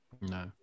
no